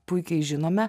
puikiai žinome